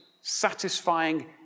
satisfying